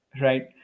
right